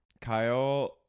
Kyle